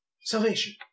Salvation